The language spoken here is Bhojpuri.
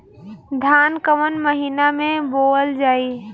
धान कवन महिना में बोवल जाई?